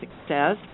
Success